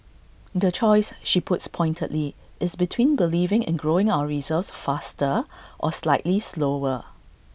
the choice she puts pointedly is between believing in growing our reserves faster or slightly slower